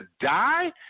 die